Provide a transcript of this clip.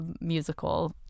musical